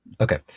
Okay